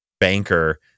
banker